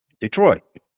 Detroit